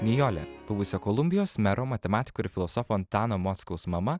nijolė buvusio kolumbijos mero matematikų ir filosofo antano mockaus mama